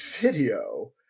video